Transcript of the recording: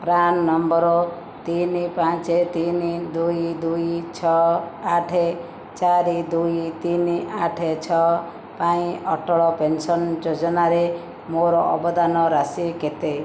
PRAN number ତିନି ପାଞ୍ଚ ତିନି ଦୁଇ ଦୁଇ ଛଅ ଆଠ ଚାରି ଦୁଇ ତିନି ଆଠ ଛଅ ପାଇଁ ଅଟଳ ପେନ୍ସନ୍ ଯୋଜନାରେ ମୋର ଅବଦାନ ରାଶି କେତେ